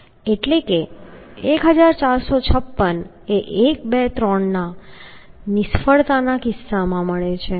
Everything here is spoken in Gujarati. એટલે કે 1456 એ 1 2 3 ના નિષ્ફળતાના કિસ્સામાં મળે છે